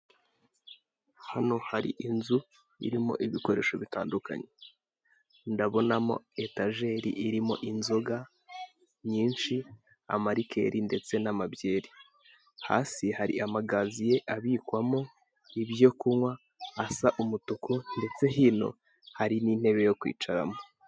Hano hari inzu irimo ibikoresho bitandukanye. Ndabonaho etajeri irimo inzoga nyinshi, amarikeri, ndetse n'amabyeri. Hasi hari amagaziye abikwamo ibyo kunywa, asa umutuku, ndetse hino hari n'intebe yo kwicaramo.